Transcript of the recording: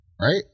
Right